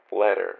letter